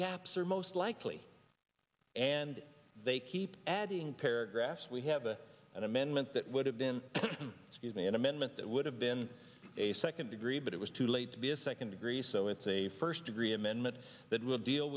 gaps are most likely and they keep adding paragraphs we have an amendment that would have been given an amendment that would have been a second degree but it was too late to be a second degree so it's a first degree amendment that would deal